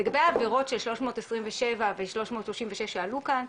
לגבי עבירות של 327 ו-336 שעלו כאן,